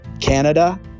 Canada